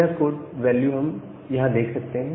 यह code value हम यहां देख सकते हैं